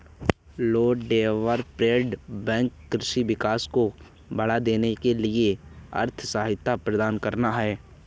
land development bank कृषि विकास को बढ़ावा देने के लिए आर्थिक सहायता प्रदान करता है